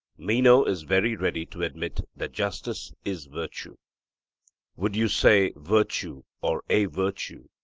meno is very ready to admit that justice is virtue would you say virtue or a virtue,